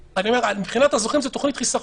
לי, זוכים מרוויחים.